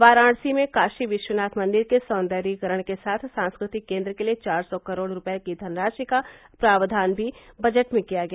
वाराणसी में काशी विश्वनाथ मंदिर के सौंदर्यीकरण के साथ सांस्कृतिक केंद्र के लिए चार सौ करोड़ रूपये की धनराशि का प्रावधान भी बजट में किया गया